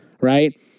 right